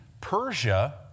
Persia